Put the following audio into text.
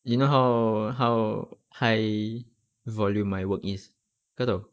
you know how how high volume my work is good kau tahu